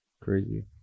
crazy